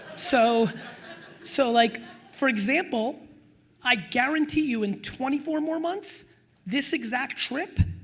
so so like for example i guarantee you in twenty four more months this exact trip,